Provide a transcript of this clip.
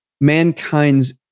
mankind's